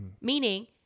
meaning